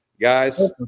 Guys